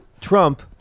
Trump